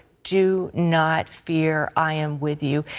do not fear. i am with you.